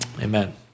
amen